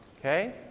okay